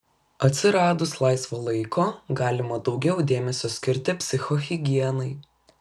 atsiradus laisvo laiko galima daugiau dėmesio skirti psichohigienai